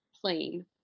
plain